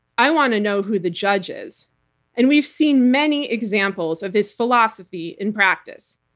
i want to know who the judge is. and we've seen many examples of his philosophy in practice.